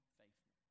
faithful